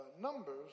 numbers